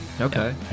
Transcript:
okay